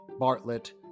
bartlett